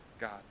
God